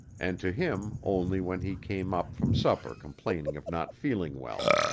and to him only when he came up from supper complaining of not feeling well.